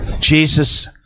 Jesus